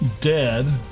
dead